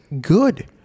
good